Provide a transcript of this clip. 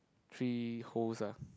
three holes ah